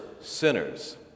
sinners